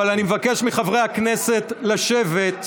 אבל אני מבקש מחברי הכנסת לשבת.